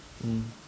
mm